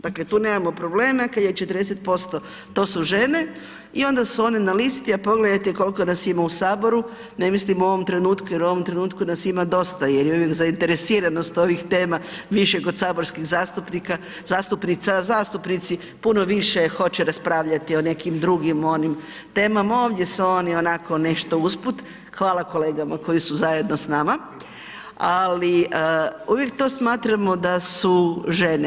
Dakle, tu nemamo probleme kad je 40%, to su žene i onda su one na listi, a pogledajte kolko nas ima u saboru, ne mislim u ovom trenutku, jer u ovom trenutku nas ima dosta jer je uvijek zainteresiranost ovih tema više kod saborskih zastupnika, zastupnica, a zastupnici puno više hoće raspravljati o nekim drugim onim temama, ovdje su oni onako nešto usput, hvala kolegama koji su zajedno s nama, ali uvijek to smatramo da su žene.